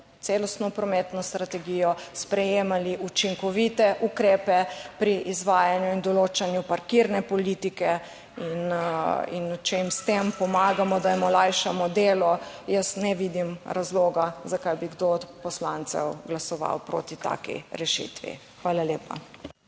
celostno prometno strategijo, sprejemali učinkovite ukrepe pri izvajanju in določanju parkirne politike. In če jim s tem pomagamo, da jim olajšamo delo, jaz ne vidim razloga, zakaj bi kdo od poslancev glasoval proti taki rešitvi. Hvala lepa.